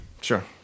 Sure